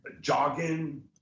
jogging